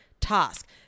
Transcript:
task